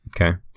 Okay